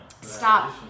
Stop